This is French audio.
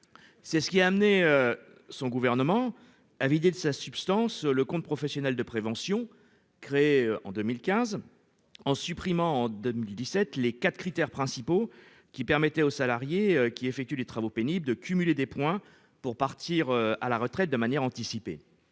C'est ce qui a amené son gouvernement à vider de sa substance le compte professionnel de prévention, créé en 2015, en supprimant dès 2017 les quatre critères principaux qui permettaient aux salariés qui effectuent des travaux pénibles de cumuler des points pour partir à la retraite de manière anticipée.